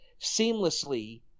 seamlessly